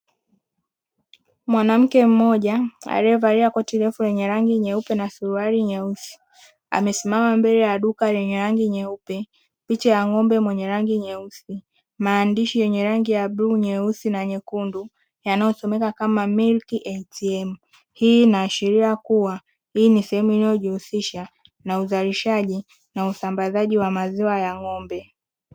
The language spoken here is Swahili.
Mwanamke mmoja aliyevalia koti refu lenye rangi nyeupe na suruali nyeusi. Amesimama mbele ya duka lenye rangi nyeupe picha ya ng'ombe mwenye rangi nyeusi, maandishi yenye rangi ya bluu, nyeusi na nyekundu. Yanayosomeka kama"Milk ATM".Hii inaashiria kuwa hii ni sehemu inayojihusisha na uzalishaji na usambazaji wa maziwa ya ng'ombe.